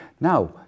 Now